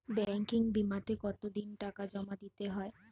Banking বিমাতে কত দিন টাকা জমা দিতে হয়?